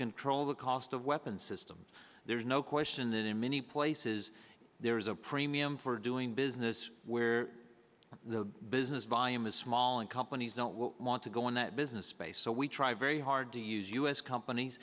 control the cost of weapons systems there's no question that in many places there is a premium for doing business where the business volume is small and companies don't want to go in that business space so we try very hard to use u s companies